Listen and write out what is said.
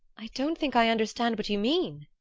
i don't think i understand what you mean,